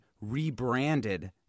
rebranded